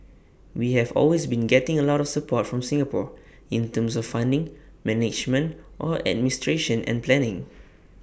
we have always been getting A lot of support from Singapore in terms of funding management or administration and planning